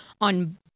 on